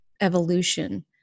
evolution